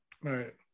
right